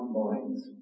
minds